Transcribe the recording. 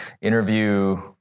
interview